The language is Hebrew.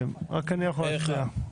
רק אני יכול להצביע.